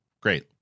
Great